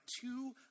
two